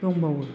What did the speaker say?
दंबावो